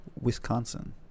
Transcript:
wisconsin